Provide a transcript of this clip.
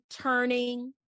turning